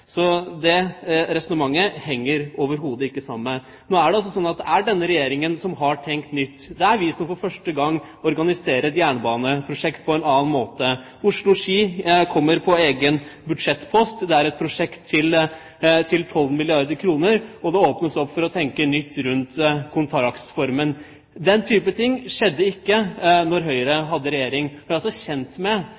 Så det resonnementet henger overhodet ikke sammen. Nå er det altså sånn at det er denne regjeringen som har tenkt nytt. Det er vi som for første gang organiserer et jernbaneprosjekt på en annen måte. Oslo–Ski kommer på egen budsjettpost. Det er et prosjekt til 12 milliarder kr. Det åpnes opp for å tenke nytt rundt kontraktsformen. Den type ting skjedde ikke da Høyre